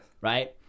right